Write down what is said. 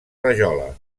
rajola